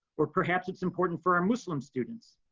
or perhaps it's important for our muslim students.